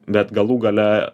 bet galų gale